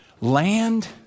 land